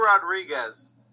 Rodriguez